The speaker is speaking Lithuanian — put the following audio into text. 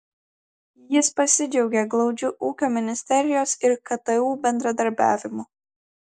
jis pasidžiaugė glaudžiu ūkio ministerijos ir ktu bendradarbiavimu